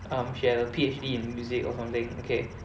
um she had a P_H_D in music or something okay